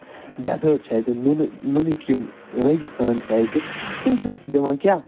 dessert چھِ اَتہِ نُنہٕ نُنٕکۍ یِم ریگِستان چھِ اتہِ تِم چھِ اَسہِ دِوان کیاہ